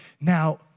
now